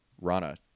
Rana